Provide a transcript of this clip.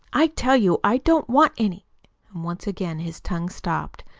i tell you i don't want any once again his tongue stopped.